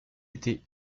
été